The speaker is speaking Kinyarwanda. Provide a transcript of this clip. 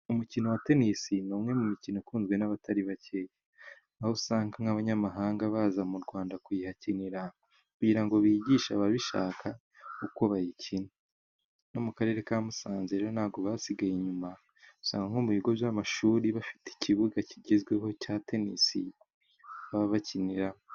Umukino wa tennis ni umwe mu mikino ikunzwe n'abatari bake. Naho usanga nk'abanyamahanga baza mu Rwanda kuyihakinira, kugira ngo bigishe ababishaka uko bayikina. No mu Karere ka Musanze rero ntago basigaye inyuma usanga nko mu bigo by'amashuri bafite ikibuga kigezweho cya tennis baba bakiniraho.